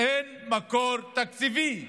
אין מקור תקציבי.